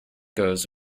goes